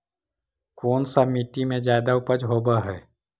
कोन सा मिट्टी मे ज्यादा उपज होबहय?